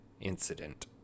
Incident